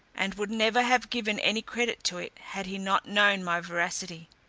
and would never have given any credit to it had he not known my veracity.